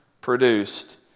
produced